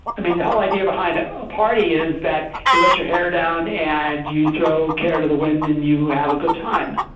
um and whole idea behind a party is that you let your hair down, and you throw care to the wind and you have a good time.